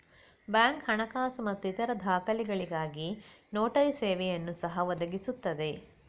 bank ಹಣಕಾಸು ಮತ್ತು ಇತರ ದಾಖಲೆಗಳಿಗಾಗಿ ನೋಟರಿ ಸೇವೆಯನ್ನು ಸಹ ಒದಗಿಸುತ್ತದೆ